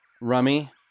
Rummy